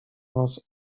nos